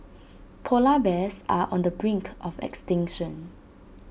Polar Bears are on the brink of extinction